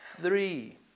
three